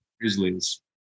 grizzlies